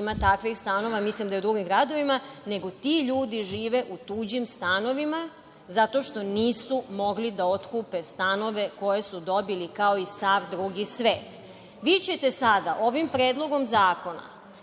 ima takvih stanova, mislim i u drugim gradovima, nego ti ljudi žive u tuđim stanovima zato što nisu mogli da otkupe stanove koje su dobili kao i sav drugi svet. Vi ćete sada ovim Predlogom zakona